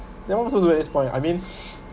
then what was I suppose to do at this point I mean